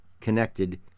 connected